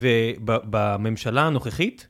ובממשלה הנוכחית.